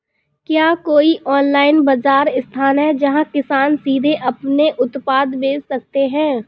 क्या कोई ऑनलाइन बाज़ार स्थान है जहाँ किसान सीधे अपने उत्पाद बेच सकते हैं?